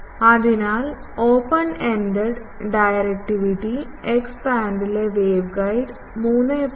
അതിനാൽ open ended directivity X ബാൻഡിലെ waveguide 3